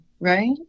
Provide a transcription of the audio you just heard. right